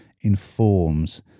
informs